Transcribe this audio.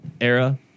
era